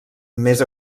més